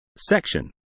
Section